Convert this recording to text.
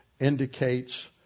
indicates